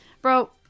bro